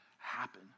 happen